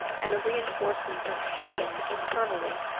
and a reinforcement of shame internally,